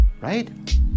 Right